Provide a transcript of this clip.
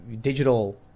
digital